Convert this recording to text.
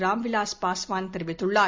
ராம்விலாஸ் பஸ்வான் தெரிவித்துள்ளார்